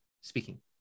speaking